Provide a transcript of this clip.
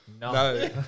no